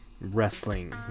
wrestling